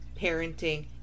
parenting